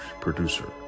producer